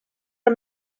are